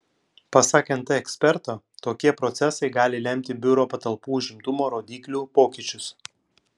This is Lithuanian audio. pasak nt eksperto tokie procesai gali lemti biuro patalpų užimtumo rodiklių pokyčius